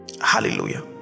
hallelujah